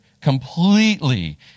completely